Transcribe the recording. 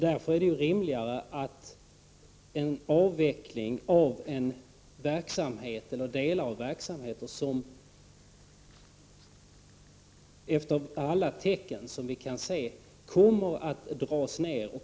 Därför är det rimligt att staten gör förberedelser för en avveckling av delar av verksamheter som efter alla tecken vi kan se kommer att dras ned.